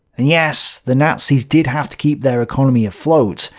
and yes, the nazis did have to keep their economy afloat,